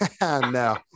No